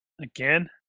Again